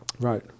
Right